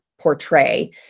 portray